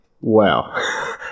Wow